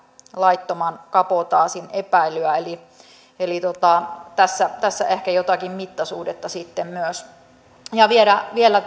laittoman kabotaasin epäilyä eli eli tässä tässä ehkä jotakin mittasuhdetta sitten myös ja vielä